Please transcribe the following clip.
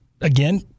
again